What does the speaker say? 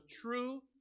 true